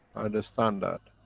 understand that.